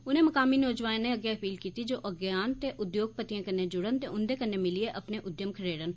उनें मकामी नोजवानें अग्गे अपील कीती जे ओ अग्गे औन इनें उद्योगपतिएं कन्नै जुड़न ते उंदे कन्नै मिलियै अपने उद्यम खडेरन